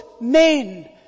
men